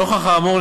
נוכח האמור,